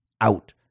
out